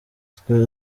twe